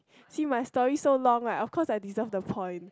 see my story so long right of course I deserve the point